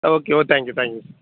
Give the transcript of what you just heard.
okay oh thank you thank you